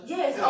Yes